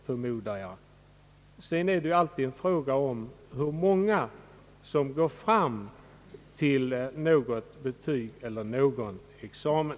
Sedan är det alltid en fråga om hur många som går fram till något betyg eller någon examen.